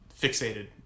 fixated